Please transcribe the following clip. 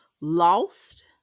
lost